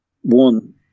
One